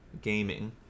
gaming